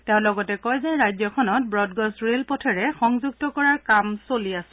তেওঁ লগতে কয় যে ৰাজ্যখনক ৱডগজ ৰে'লপথেৰে সংযুক্ত কৰাৰ কাম চলি আছে